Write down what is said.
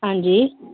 हंजी